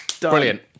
brilliant